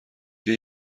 بیا